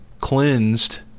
cleansed